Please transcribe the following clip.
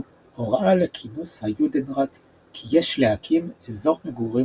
הוראה לכינוס היודנראט כי יש להקים "אזור מגורים